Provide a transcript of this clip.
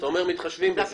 אז אתה אומר שמתחשבים בזה.